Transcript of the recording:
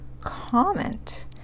comment